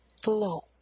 flow